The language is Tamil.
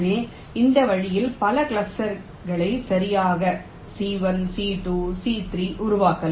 எனவே இந்த வழியில் பல கிளஸ்டர் C1 C2 C3 உருவாக்கலாம்